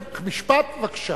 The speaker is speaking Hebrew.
משפט, בבקשה.